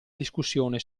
discussione